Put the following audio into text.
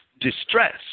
distress